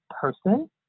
person